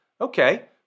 Okay